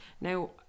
now